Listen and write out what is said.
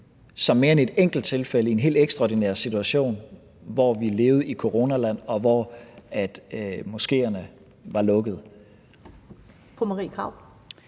som mere end et enkelt tilfælde i en helt ekstraordinær situation, hvor vi levede i coronaland, og hvor moskéerne var lukkede. Kl.